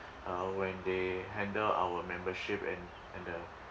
uh when they handle our membership and and the